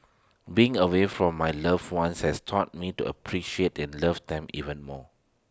being away from my loved ones has taught me to appreciate and love them even more